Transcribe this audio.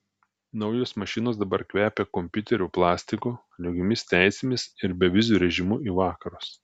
naujos mašinos dabar kvepia kompiuterio plastiku lygiomis teisėmis ir beviziu režimu į vakarus